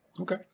Okay